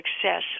success